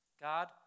God